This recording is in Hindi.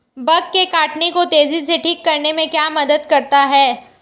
बग के काटने को तेजी से ठीक करने में क्या मदद करता है?